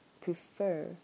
prefer